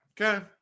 Okay